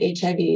HIV